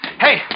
Hey